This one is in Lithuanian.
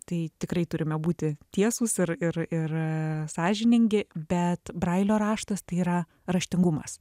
tai tikrai turime būti tiesūs ir ir ir sąžiningi bet brailio raštas tai yra raštingumas